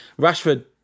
Rashford